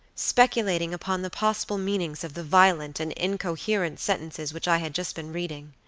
speculating upon the possible meanings of the violent and incoherent sentences which i had just been reading.